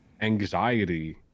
anxiety